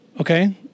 Okay